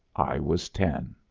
i was ten.